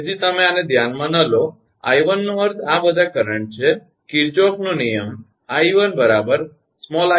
તેથી આને ધ્યાનમાં ન લો 𝐼1 નો અર્થ આ બધા કરંટ છે કિર્ચોફનો નિયમKirchhoff's law 𝐼1 𝑖1 𝐼2 છે